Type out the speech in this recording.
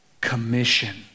commission